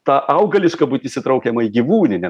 ta augališka būtis įtraukiama į gyvūninę